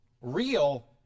real